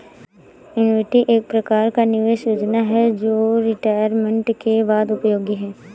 annuity एक प्रकार का निवेश योजना है जो रिटायरमेंट के बाद उपयोगी है